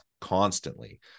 constantly